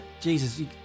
Jesus